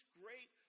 great